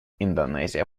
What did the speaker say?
индонезия